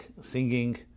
singing